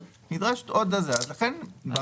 מה